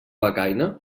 becaina